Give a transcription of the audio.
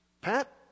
Pat